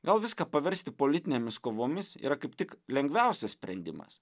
gal viską paversti politinėmis kovomis yra kaip tik lengviausias sprendimas